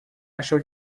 achou